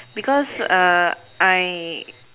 because I